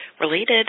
related